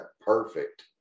perfect